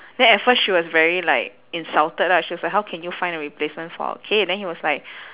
then at first she was very like insulted lah she was like how can you find a replacement for our kid then he was like